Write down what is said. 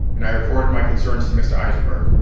and i reported my concerns to mr. eisenberg.